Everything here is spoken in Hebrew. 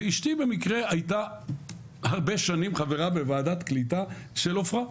ואשתי במקרה הייתה הרבה פעמים חברה בוועדת קליטה של עופרה,